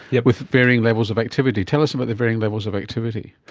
yeah with varying levels of activity. tell us about their varying levels of activity.